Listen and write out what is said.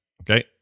Okay